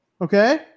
Okay